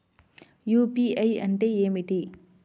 UPI అంటే ఏమిటీ?